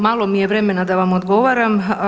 Malo mi je vremena da vam odgovaram.